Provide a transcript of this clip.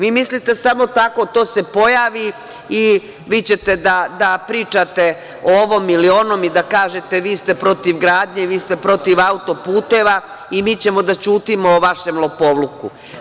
Vi mislite samo tako, to se pojavi i vi ćete da pričate o ovom ili onom i da kažete - vi ste protiv gradnje, vi ste protiv auto-puteva i mi ćemo da ćutimo o vašem lopovluku.